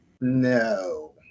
No